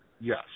Yes